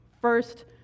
first